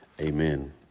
Amen